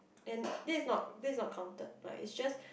and this is not this is not counted like it's just